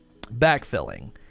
backfilling